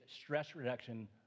stress-reduction